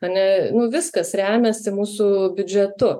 ane nu viskas remiasi mūsų biudžetu